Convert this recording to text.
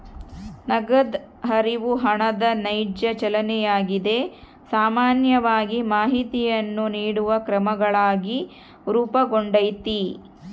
ನಗದು ಹರಿವು ಹಣದ ನೈಜ ಚಲನೆಯಾಗಿದೆ ಸಾಮಾನ್ಯವಾಗಿ ಮಾಹಿತಿಯನ್ನು ನೀಡುವ ಕ್ರಮಗಳಾಗಿ ರೂಪುಗೊಂಡೈತಿ